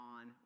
on